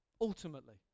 ultimately